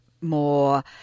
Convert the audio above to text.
more